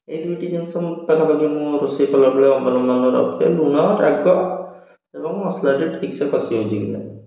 ଏଇ ଦୁଇଟି ଜିନିଷ ମୁଁ ପାଖାପାଖି ମୁଁ ରୋଷେଇ କଲାବେଳେ ରଖେ ଲୁଣ ରାଗ ଏବଂ ମସଲାଟି ଠିକ୍ସେ କଷି ହେଉଛି କି ନା